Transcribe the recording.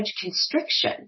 constriction